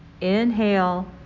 inhale